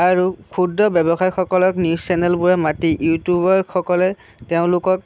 আৰু ক্ষুদ্ৰ ব্যৱসায়সকলক নিউজ চেনেলবোৰে মাতি ইউটিউবাৰসকলে তেওঁলোকক